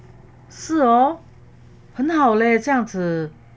是哦很好嘞这样子